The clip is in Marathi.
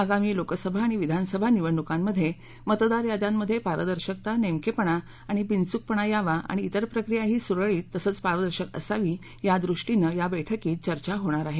आगामी लोकसभा आणि विधानसभा निवडणुकांमध्ये मतदार याद्यांमध्ये पारदर्शकता नेमकेपणा आणि बिनचूकपणा यावा आणि इतर प्रक्रियाही सुरळीत तसंच पारदर्शक असावी यादृष्टीनं या बैठकीत चर्चा होणार आहे